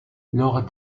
lors